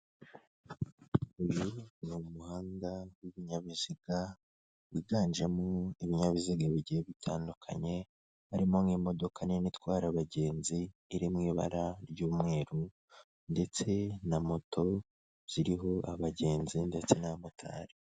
Uyu ni umuhanda ibinyabiziga, wiganjemo ibinyabiziga bigiye bitandukanye, harimo nk'imodoka nini itwara abagenzi iri mu ibara ry'umweru, ndetse na moto ziriho abagenzi ndetse na motari.